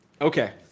Okay